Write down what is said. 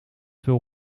veel